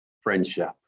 friendship